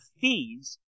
fees